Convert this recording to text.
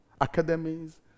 academies